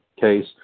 case